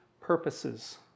purposes